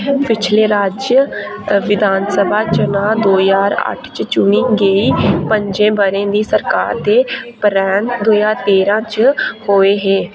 पिछले राज्य विधानसभा चुनांऽ दो ज्हार अट्ठ च चुनी गेई पं'जें ब'रें दी सरकार दे परैंत्त दो ज्हार तेरां च होए हे